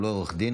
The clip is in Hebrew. הוא לא עורך דין,